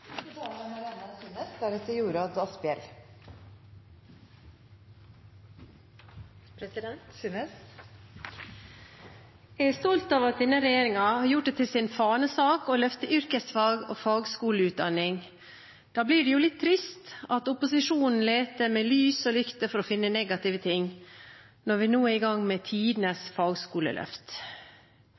er stolt av at denne regjeringen har gjort det til sin fanesak å løfte yrkesfag og fagskoleutdanning. Da blir det litt trist at opposisjonen leter med lys og lykte for å finne negative ting – når vi nå er i gang med tidenes fagskoleløft.